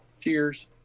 cheers